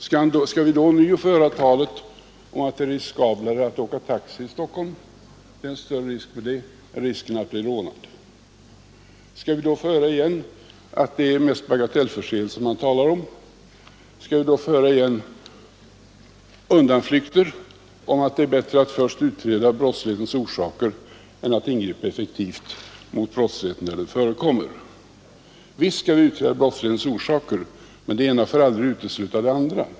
Skall vi då ånyo få höra talet om att risken med att åka taxi i Stockholm är större än risken att bli rånad? Skall vi då åter få höra att det är mest bagatellförseelser man talar om? Skall vi då få höra samma undanflykter, att det är bättre att utreda brottslighetens orsaker än att ingripa effektivt mot brottsligheten, där den förekommer? Visst skall vi utreda brottslighetens orsaker, men det ena får aldrig utesluta det andra.